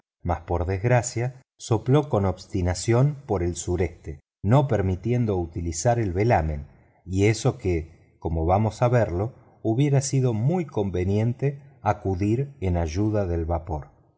mas por desgracia sopló con obstinación por el sureste no permitiendo utilizar el velamen y eso que como vamos a verlo hubiera sido muy conveniente acudir en ayuda del vapor